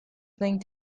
playing